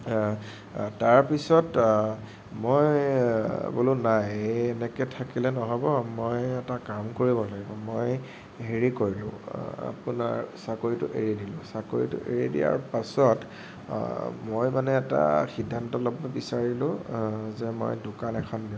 তাৰপিছত মই বোলো নাই এই এনেকৈ থাকিলে নহ'ব মই এটা কাম কৰিব লাগিব মই হেৰি কৰিলোঁ আপোনাৰ চাকৰিটো এৰি দিলোঁ চাকৰিটো এৰি দিয়াৰ পাছত মই মানে এটা সিদ্ধান্ত ল'ব বিছাৰিলোঁ যে মই দোকান এখন দিম